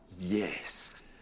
yes